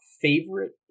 favorite